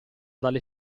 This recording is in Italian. dalle